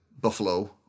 buffalo